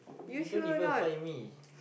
you don't even find me